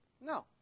No